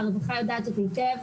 והרווחה יודעת זאת היטב,